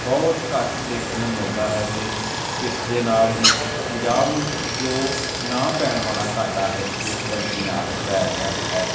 ਬਹੁਤ ਘੱਟ ਦੇਖਣ ਨੂੰ ਮਿਲਦਾ ਹੈ ਅਤੇ ਇਸ ਦੇ ਨਾਲ ਹੀ ਪੰਜਾਬ ਨੂੰ ਜੋ ਨਾ ਪੈਣ ਵਾਲਾ ਘਾਟਾ ਹੈ ਇਸ ਪੰਛੀ ਨਾਲ ਪੈ ਰਿਹਾ ਹੈ